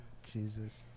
Jesus